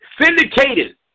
syndicated